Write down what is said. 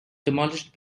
demolished